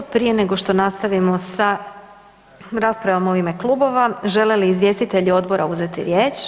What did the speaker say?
Prije nego što nastavimo sa raspravom u ime klubova žele li izvjestitelji odbora uzeti riječ?